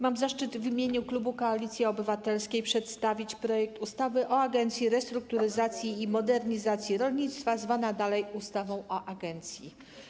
Mam zaszczyt w imieniu klubu Koalicji Obywatelskiej przedstawić projekt ustawy o zmianie ustawy o Agencji Restrukturyzacji i Modernizacji Rolnictwa, zwanej dalej ustawą o agencji.